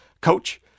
Coach